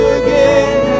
again